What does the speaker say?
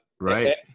Right